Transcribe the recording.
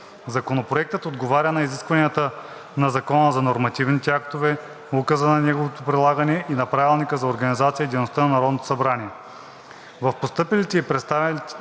Законопроектът отговаря на изискванията на Закона за нормативните актове, Указа за неговото прилагане и на Правилника за организацията и дейността на Народното събрание.